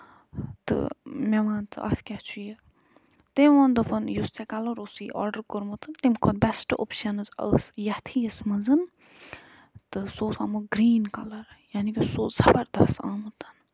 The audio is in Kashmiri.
تہٕ مےٚ وَن ژٕ اَتھ کیٛاہ چھُ یہِ تٔمۍ ووٚن دوٚپُن یُس ژٕ کَلر اوسُے آرڈر کوٚرمُت تَمہِ کھۄتہٕ بیسٹ اوٚپشَنٕز ٲس یَتھ ہِوِس منٛز تہٕ سُہ اوس آمُت گرٛیٖن کَلر یعنے کہِ سُہ اوس زَبردست آمُت